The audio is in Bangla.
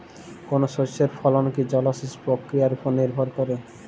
কোনো শস্যের ফলন কি জলসেচ প্রক্রিয়ার ওপর নির্ভর করে?